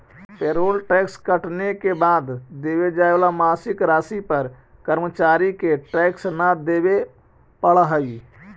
payroll tax कटने के बाद देवे जाए मासिक राशि पर कर्मचारि के टैक्स न देवे पड़ा हई